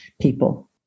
people